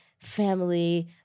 family